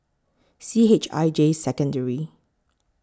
C H I J Secondary